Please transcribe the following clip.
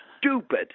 stupid